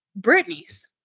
Britney's